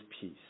peace